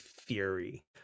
theory